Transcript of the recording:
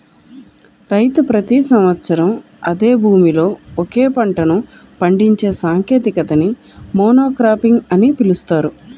రైతు ప్రతి సంవత్సరం అదే భూమిలో ఒకే పంటను పండించే సాంకేతికతని మోనోక్రాపింగ్ అని పిలుస్తారు